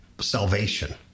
salvation